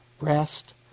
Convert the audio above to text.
rest